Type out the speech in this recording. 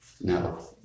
No